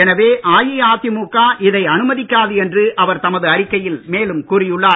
எனவே அஇஅதிமுக இதை அனுமதிக்காது என்று அவர் தமது அறிக்கையில் மேலும் கூறியுள்ளார்